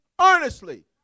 earnestly